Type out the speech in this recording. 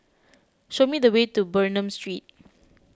show me the way to Bernam Street